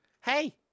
hey